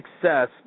success